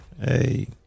Hey